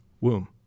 womb